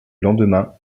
lendemain